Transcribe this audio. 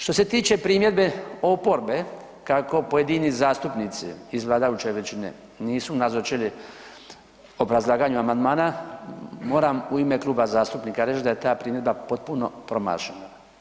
Što se tiče primjedbe oporbe kako pojedini zastupnici iz vladajuće većine nisu nazočili obrazlaganju amandmana moram u ime kluba zastupnika reći da je ta primjedba potpuno promašena.